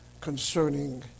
concerning